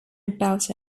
about